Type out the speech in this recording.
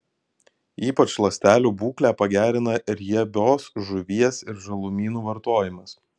ypač ląstelių būklę pagerina riebios žuvies ir žalumynų vartojimas